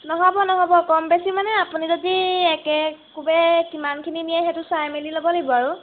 নহ'ব নহ'ব কম বেছি মানে আপুনি যদি একেকোবে কিমানখিনি নিয়ে সেইটো চাই মেলি ল'ব লাগিব আৰু